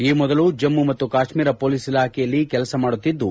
ಈ ಮೊದಲು ಜಮ್ನು ಮತ್ತು ಕಾಶ್ನೀರ್ ಪೊಲೀಸ್ ಇಲಾಖೆಯಲ್ಲಿ ಕೆಲಸ ಮಾಡುತ್ತಿದ್ದು